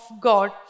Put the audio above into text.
God